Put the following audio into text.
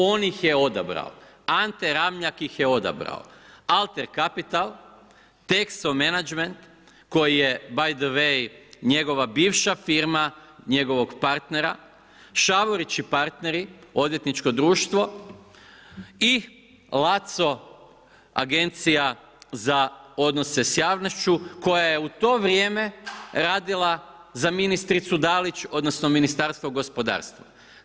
On ih je odabrao, Ante Ramljak ih je odabrao, Alten Capital, Texo Management koji je by the way njegova bivša firma njegovog partnera, Šavorić i partneri odvjetničko društvo i Laco, agencija za odnose s javnošću, koja je u to vrijeme radila za ministricu Dalić, odnosno, Ministarstvo gospodarstva.